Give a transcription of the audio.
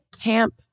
Camp